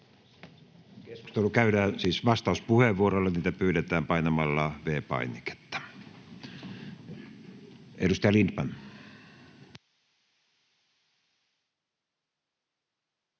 Keskustelu käydään siis vastauspuheenvuoroilla, ja niitä pyydetään painamalla V-painiketta. — Edustaja Lindtman.